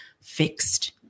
fixed